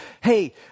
hey